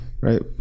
Right